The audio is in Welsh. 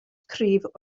cryf